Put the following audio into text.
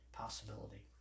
possibility